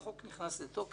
החוק נכנס לתוקף